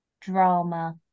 drama